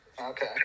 Okay